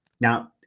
Now